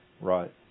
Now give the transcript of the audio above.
Right